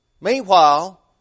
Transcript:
meanwhile